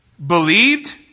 believed